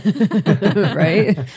Right